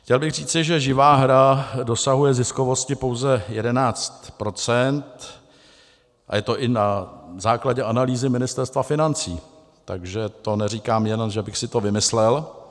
Chtěl bych říci, že živá hra dosahuje ziskovosti pouze 11 %, a je to i na základě analýzy Ministerstva financí, takže to neříkám, že bych si to vymyslel.